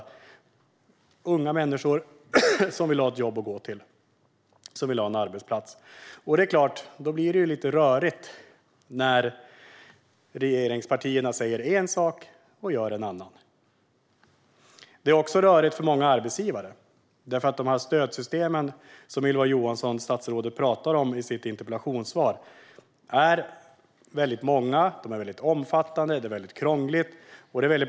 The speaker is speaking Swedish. Det är unga människor som vill ha ett jobb och en arbetsplats att gå till. Det blir såklart lite rörigt när regeringspartierna säger en sak men gör en annan. Det är också rörigt för många arbetsgivare. Stödsystemen som Ylva Johansson talar om i sitt svar är väldigt många och omfattande, och det är krångligt.